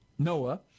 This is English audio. Noah